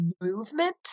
movement